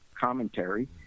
commentary